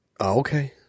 okay